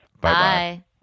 Bye